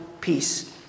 peace